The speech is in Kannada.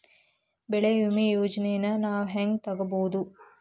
ಬೆಳಿ ವಿಮೆ ಯೋಜನೆನ ನಾವ್ ಹೆಂಗ್ ತೊಗೊಬೋದ್?